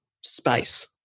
space